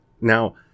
Now